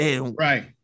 Right